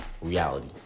reality